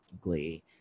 Glee